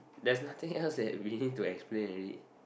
there's nothing else that we need to explain already